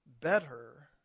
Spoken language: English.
better